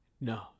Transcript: No